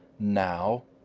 now?